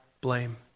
blame